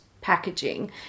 packaging